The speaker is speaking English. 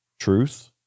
truth